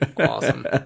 Awesome